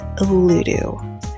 Ludo